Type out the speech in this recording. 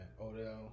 Odell